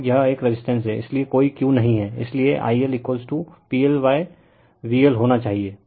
और यह एक रेजिस्टेंस है इसलिए कोई Q नहीं है इसलिए I L PLVL होना चाहिए